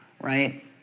right